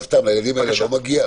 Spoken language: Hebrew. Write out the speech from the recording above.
סתם, לילדים האלה לא מגיע?